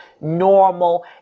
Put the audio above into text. normal